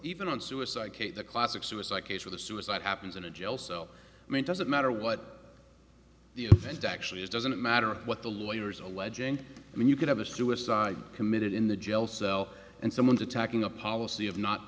even on suicide kate the classic suicide case where the suicide happens in a jail cell i mean doesn't matter what the event actually is doesn't matter what the lawyers alleging i mean you could have a suicide committed in the jail cell and someone's attacking a policy of not